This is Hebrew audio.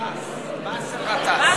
באסל גטאס.